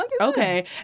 Okay